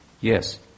yes